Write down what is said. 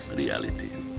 reality.